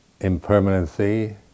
impermanency